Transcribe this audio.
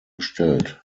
bestellt